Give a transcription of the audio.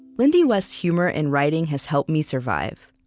lindy west's humor and writing has helped me survive.